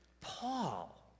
Paul